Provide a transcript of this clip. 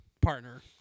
partner